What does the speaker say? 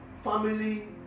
family